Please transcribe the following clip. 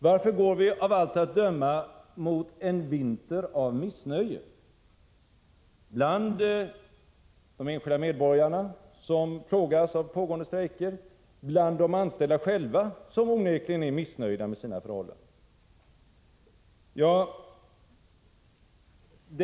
Varför går vi av allt att döma mot en vinter av missnöje — bland de enskilda medborgarna, som plågas av pågående strejker, bland de anställda själva, som onekligen är missnöjda med sina förhållanden?